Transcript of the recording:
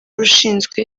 ushinzwe